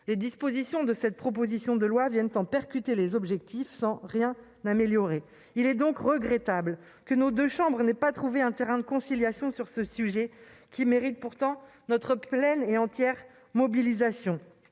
les dispositions de cette proposition de loi viennent en percuter les objectifs, sans rien améliorer. Il est donc regrettable que nos deux chambres n'aient pas trouvé de terrain de conciliation sur ce sujet qui mérite pourtant notre pleine et entière mobilisation,